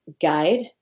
guide